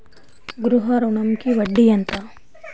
గృహ ఋణంకి వడ్డీ ఎంత?